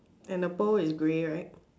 and the pearl is grey right